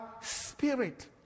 spirit